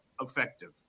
effective